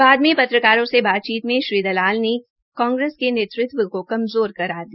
बाद में पत्रकारों से बातचीत में श्री दलाल ने कांग्रेस के नेतृत्व को कमजोर करार दिया